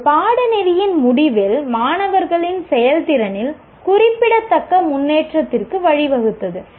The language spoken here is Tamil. ஒரு பாடநெறியின் முடிவில் மாணவர்களின் செயல்திறனில் குறிப்பிடத்தக்க முன்னேற்றத்திற்கு வழிவகுத்தது